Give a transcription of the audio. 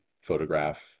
photograph